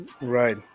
Right